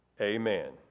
Amen